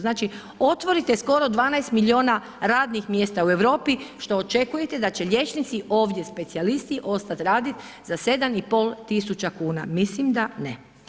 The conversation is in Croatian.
Znači otvorite skoro 12 milijuna radnih mjesta u Europi što očekujete da će liječnici ovdje specijalisti ostat radit za 7 i pol tisuća kuna, mislim da ne.